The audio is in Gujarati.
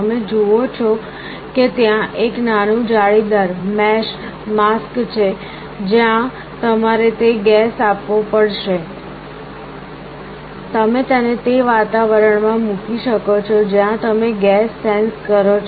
તમે જુઓ છો કે ત્યાં એક નાનું જાળીદાર માસ્ક છે જ્યાં તમારે તે ગેસ આપવો પડશે તમે તેને તે વાતાવરણ માં મૂકી શકો છો જ્યાં તમે ગેસ સેન્સ કરો છો